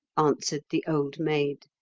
answered the old maid.